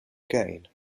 gain